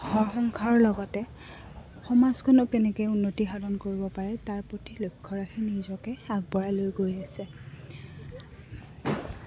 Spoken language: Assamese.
ঘৰ সংসাৰৰ লগতে সমাজখনক কেনেকৈ উন্নতি সাধন কৰিব পাৰে তাৰ প্ৰতি লক্ষ্য ৰাখি নিজকে আগবঢ়াই লৈ গৈ আছে